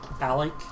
Alec